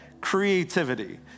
creativity